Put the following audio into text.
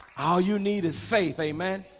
all you need is faith amen